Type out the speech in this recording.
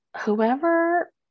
whoever